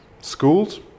Schools